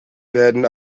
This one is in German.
werden